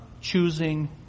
choosing